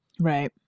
right